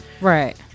Right